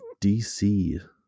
DC